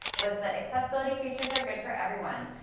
was that accessibility features are good for everyone.